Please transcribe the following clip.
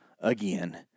again